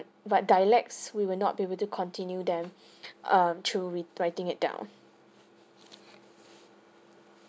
but dialects we will not be able to continue them err through re~ writing writing it down